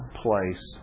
place